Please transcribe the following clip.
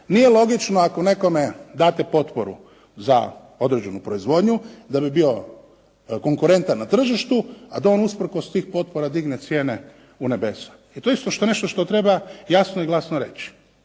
Nije logično ako nekome date potporu za određenu proizvodnju da bi bio konkurentan na tržištu, a da on usprkos tih potpora digne cijene u nebesa. I to je isto nešto što treba jasno i glasno reći.